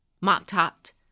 mop-topped